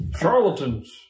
Charlatans